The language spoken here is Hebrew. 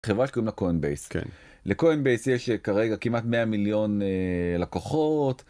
לכל מי שיש כרגע כמעט 100 מיליון לקוחות.